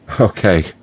Okay